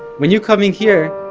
when you're coming here,